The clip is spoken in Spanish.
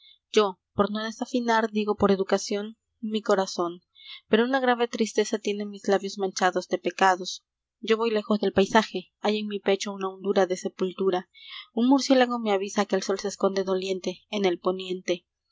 yo por no desafinar digo por educación mi corazón pero una grave tristeza tiñe mis labios manchados de pecados yo voy lejos del paisaje hay en mi pecho una hondura de sepultura un murciélago me avisa que el sol se esconde doliente en el poniente